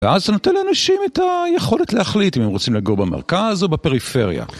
ואז זה נותן לאנשים את היכולת להחליט אם הם רוצים לגור במרכז או בפריפריה.